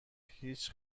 هیچ